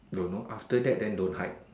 don't know after that then don't hide